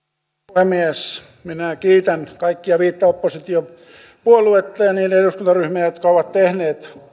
puhemies minä kiitän kaikkia viittä oppositiopuoluetta ja niiden eduskuntaryhmiä jotka ovat tehneet